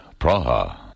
Praha